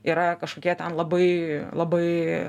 yra kažkokie ten labai labai